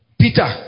Peter